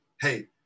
hey